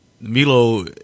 Milo